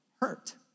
hurt